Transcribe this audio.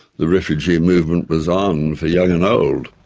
the refugee movement was on for young and old.